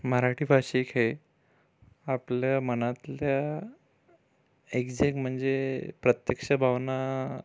मराठी भाषिक हे आपल्या मनातल्या एक्झॅक्ट म्हणजे प्रत्यक्ष भावना